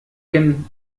كِن